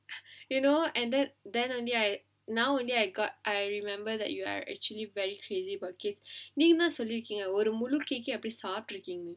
you know and then then only right now only I got I remember that you are actually very crazy about cakes நீங்கதா சொல்லிருக்கீங்க ஒரு முழு:neengathaa sollirukkeenga oru mulu cake ஐயும் அப்படியே சாப்பிட்ருக்கீங்கன்னு:aiyum appadiyae saaptrukkeenganu